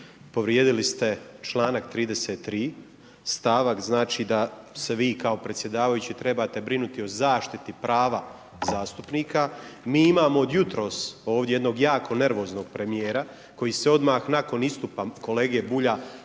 povrijedili ste članak 33., stavak znači da se vi kao predsjedavajući trebate brinuti o zaštiti prava zastupnika. Mi imamo od jutros ovdje jednog jako nervoznog premijera koji se odmah nakon istupa kolege Bulja